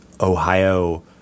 Ohio